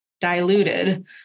diluted